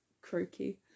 croaky